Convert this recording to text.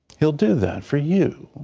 he'll do that for you.